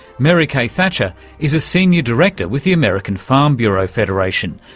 mary kay thatcher is a senior director with the american farm bureau federation,